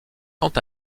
quant